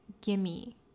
gimme